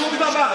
שום דבר.